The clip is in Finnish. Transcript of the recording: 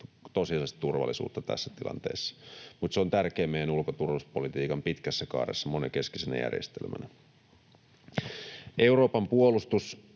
tosiasiallista turvallisuutta tässä tilanteessa, mutta se on tärkeä meidän ulko- ja turvallisuuspolitiikan pitkässä kaaressa monenkeskisenä järjestelmänä. Euroopan puolustus